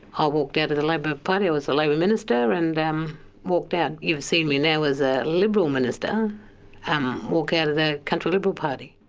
i walked out of the labor party, i was a labor minister, and walked out. and you've seen me now as a liberal minister um walk out of the country liberal party.